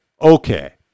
okay